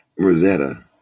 Rosetta